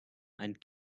and